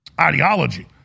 ideology